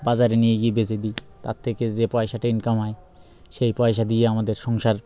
বাজারে নিয়ে গিয়ে বেছে দিই তার থেকে যে পয়সাটা ইনকাম হয় সেই পয়সা দিয়ে আমাদের সংসার